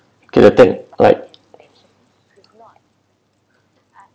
I take right